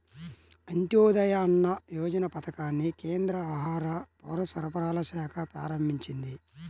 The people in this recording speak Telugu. అంత్యోదయ అన్న యోజన పథకాన్ని కేంద్ర ఆహార, పౌరసరఫరాల శాఖ ప్రారంభించింది